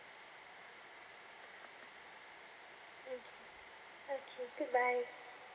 okay okay goodbye